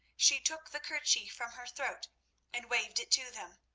she took the kerchief from her throat and waved it to them.